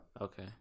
Okay